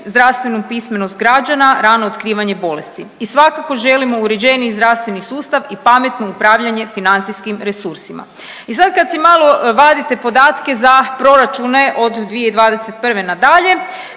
zdravstvenu pismenost građana, rano otkrivanje bolesti i svakako želimo uređeniji zdravstveni sustav i pametno upravljanje financijskim resursima. I sad kad si malo vadite podatke za proračune od 2021. nadalje,